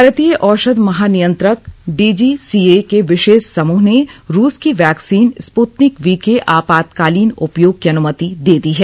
भारतीय औषधि महानियंत्रक डीसीजीए के विशेषज्ञ समृह ने रूस की वैक्सीन स्पृतनिक वी के आपातकालीन उपयोग की अनुमति दे दी है